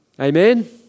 Amen